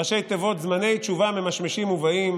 ראשי תיבות: זמני תשובה ממשמשים ובאים.